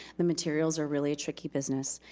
the materials are really a tricky business.